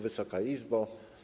Wysoka Izbo!